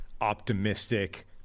optimistic